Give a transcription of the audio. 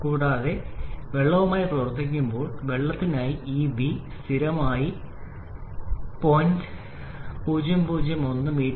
കൂടാതെ നിങ്ങൾ വെള്ളവുമായി പ്രവർത്തിക്കുമ്പോൾ വെള്ളത്തിനായി ഈ v സ്ഥിരമായി 0